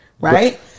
Right